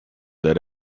that